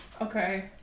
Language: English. Okay